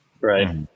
Right